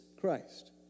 Christ